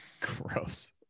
gross